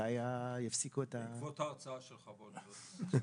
מתי יפסיקו את --- בעקבות ההרצאה שלך באוניברסיטה.